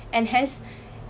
and hence